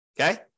okay